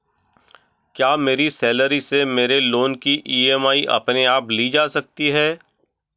क्या मेरी सैलरी से मेरे लोंन की ई.एम.आई अपने आप ली जा सकती है?